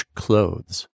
clothes